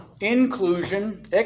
Inclusion